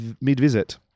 mid-visit